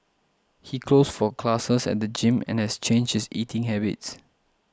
he goes for classes at the gym and has changed his eating habits